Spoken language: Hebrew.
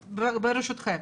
ברשותכם,